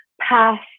past